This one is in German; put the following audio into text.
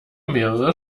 mehrere